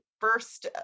first